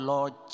Lord